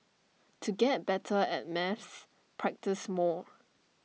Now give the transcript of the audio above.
to get better at maths practise more